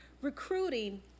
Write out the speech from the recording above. recruiting